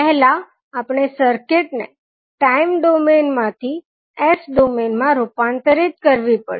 પહેલા આપણે સર્કિટ ને ટાઇમ ડોમેઇન માંથી S ડોમેઇન માં રૂપાંતરિત કરવી પડશે